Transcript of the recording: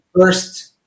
first